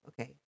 Okay